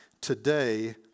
Today